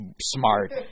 smart